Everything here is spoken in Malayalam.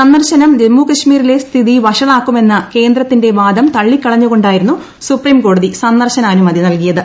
സന്ദർശനം ജമ്മുകശ്മീരിലെ സ്ഥിതിവഷളാക്കുമെന്ന കേന്ദ്രത്തിന്റെവാദംതള്ളിക്കളഞ്ഞുകൊണ്ടായിരുന്നുസുപ്രീംകോടതിസന്ദർശനാനുമതി നൽകിയത്